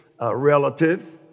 relative